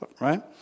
Right